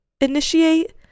initiate